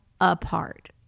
apart